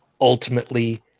ultimately